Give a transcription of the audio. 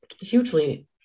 hugely